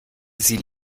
sie